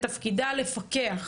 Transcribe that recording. תפקידה לפקח.